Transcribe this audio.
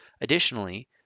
Additionally